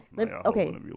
okay